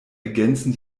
ergänzen